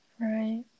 right